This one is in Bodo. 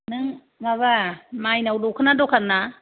नों माबा माइनाव दखना दखान ना